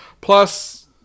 Plus